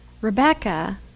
Rebecca